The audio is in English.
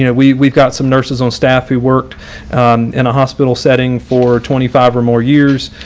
you know, we've we've got some nurses on staff who worked in a hospital setting for twenty five or more years,